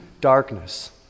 darkness